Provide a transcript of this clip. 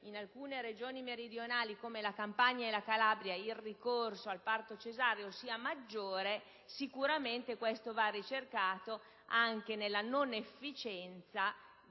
alcune Regioni meridionali, come la Campania e la Calabria, il ricorso al parto cesareo è maggiore, questa va ricercata anche nella non efficienza di